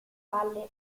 valle